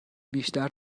بیشتر